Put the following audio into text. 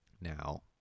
Now